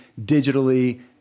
digitally